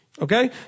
Okay